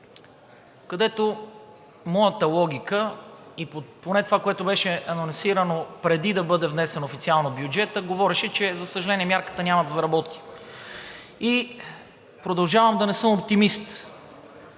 Моята логика или поне това, което беше анонсирано, преди да бъде внесен официално бюджетът, говореше, че за съжаление, мярката няма да заработи и продължавам да не съм оптимист.